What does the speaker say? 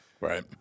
right